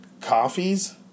coffees